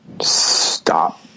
stop